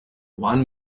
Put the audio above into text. one